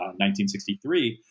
1963